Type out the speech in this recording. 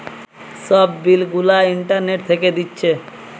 সব গুলা bill internet থিকে দিচ্ছে